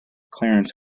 clarence